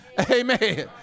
Amen